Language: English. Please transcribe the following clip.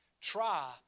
Try